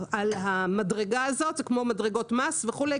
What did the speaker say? על המדרגה הזאת זה כמו מדרגות מס וכו',